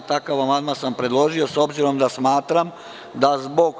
Takav amandman sam predložio s obzirom da smatram da zbog